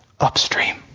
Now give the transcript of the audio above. upstream